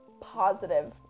positive